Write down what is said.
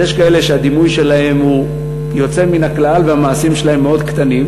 אז יש כאלה שהדימוי שלהם הוא יוצא מן הכלל והמעשים שלהם מאוד קטנים,